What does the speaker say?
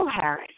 Harris